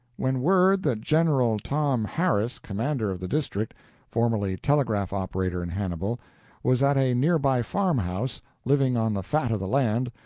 when word that general tom harris, commander of the district formerly telegraph-operator in hannibal was at a near-by farm-house, living on the fat of the land,